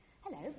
Hello